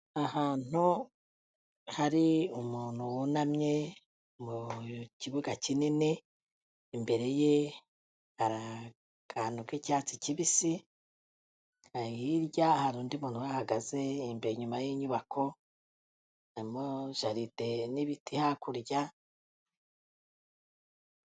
Ahantu hari umuntu wunamye, mu kibuga kinini, imbere ye hari akantu k'icyatsi kibisi, hirya hari undi muntu uhahagaze, inyuma y'inyubako harimo jaride n'ibiti hakurya...